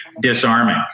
disarming